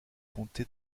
comté